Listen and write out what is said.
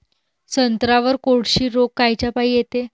संत्र्यावर कोळशी रोग कायच्यापाई येते?